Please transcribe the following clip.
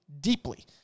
deeply